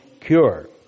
cure